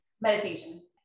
Meditation